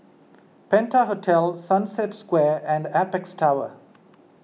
Penta Hotel Sunset Square and Apex Tower